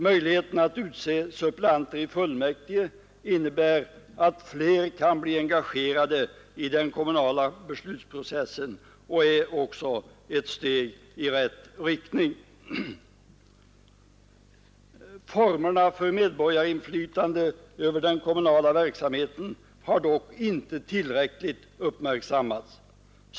Möjligheten att utse suppleanter i fullmäktige innebär att fler kan bli engagerade i den kommunala beslutsprocessen och är ett steg i rätt riktning. Formerna för medborgarinflytande över den kommunala verksamheten har dock inte tillräckligt uppmärksammats.